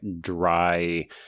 dry